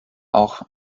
auch